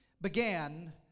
began